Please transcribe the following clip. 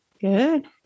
Good